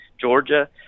Georgia